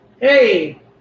Hey